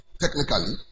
Technically